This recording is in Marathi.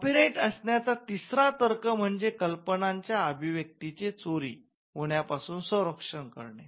कॉपीराइट असण्याचा तिसरा तर्क म्हणजे कल्पनांच्या अभिव्यक्तीचे चोरी होण्यापासून संरक्षण करणे